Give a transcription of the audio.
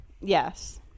Yes